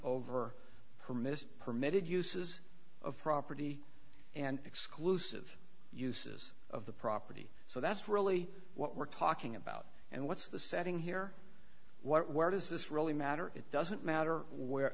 over permits permitted uses of property and exclusive uses of the property so that's really what we're talking about and what's the setting here what where does this really matter it doesn't matter